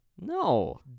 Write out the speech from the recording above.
No